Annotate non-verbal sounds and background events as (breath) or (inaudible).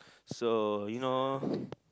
so you know (breath)